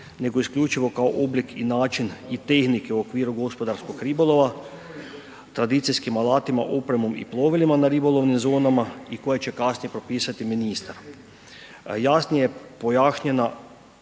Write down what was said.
nego isključivo kao oblik i način i tehnike u okviru gospodarskog ribolova tradicijskim alatima, opremom i plovilima na ribolovnim zonama i koje će kasnije propisati ministar. Jasnije pojašnjena